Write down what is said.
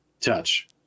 touch